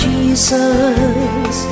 Jesus